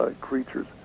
creatures